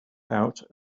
out